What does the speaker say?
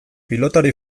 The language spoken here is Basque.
pilotari